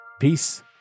Peace